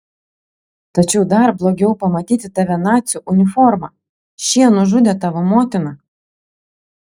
tačiau dar blogiau pamatyti tave nacių uniforma šie nužudė tavo motiną